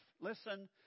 listen